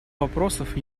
вопросов